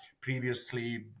previously